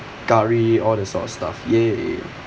curry all this sort of stuff !yay!